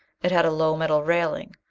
it had a low metal railing.